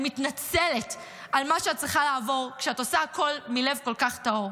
אני מתנצלת על מה שאת צריכה לעבור כשאת עושה הכול מלב כל כך טהור.